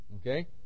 Okay